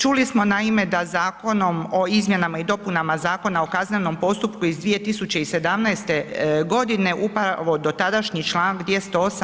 Čuli smo naime da Zakonom o izmjenama i dopunama Zakona o kaznenom postupku iz 2017. godine upravo dotadašnji Članak 208.